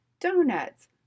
donuts